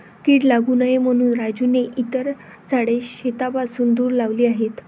कीड लागू नये म्हणून राजूने इतर झाडे शेतापासून दूर लावली आहेत